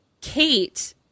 Kate